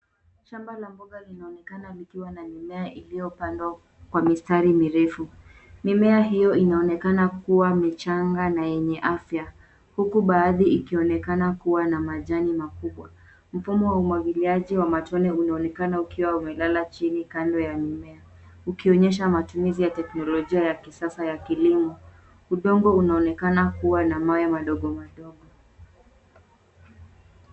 Shamba la mboga linaonekana likiwa na mimea iliyopandwa kwa mistari mirefu. Mimea hiyo inaonekana kuwa michanga na yenye afya huku baadhi ikionekana kuwa na majani makubwa. Mfumo wa umwagiliaji wa matone unaonekana ukiwa umelala chini kando ya mimea ukionyesha matumizi ya teknolojia ya kisasa ya kilimo. Udongo unaonekana kuwa na mawe madogo madogo.